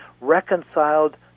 reconciled